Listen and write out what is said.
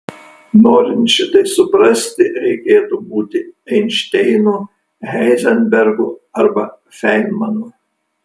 norint šitai suprasti reikėtų būti einšteinu heizenbergu arba feinmanu